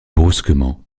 brusquement